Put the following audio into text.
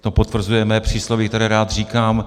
To potvrzuje mé přísloví, které rád říkám.